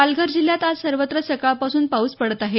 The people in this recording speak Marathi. पालघर जिल्ह्यात आज सर्वत्र सकाळपासून पाऊस पडत आहे